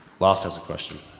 lost has a question.